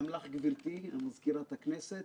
גם לך גברתי מזכירת הכנסת,